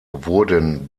wurden